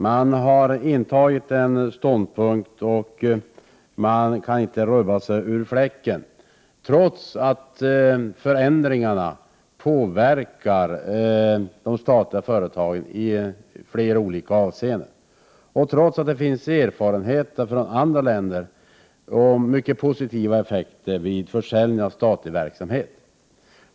De har intagit en ståndpunkt och de kan inte rubbas ur fläcken, trots att förändringarna påverkar de statliga företagen i flera olika avseenden och trots att vi har erfarenheter från andra länder av mycket positiva effekter vid försäljning av statlig verksamhet.